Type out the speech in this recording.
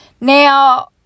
Now